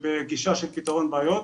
ובגישה של פתרון בעיות,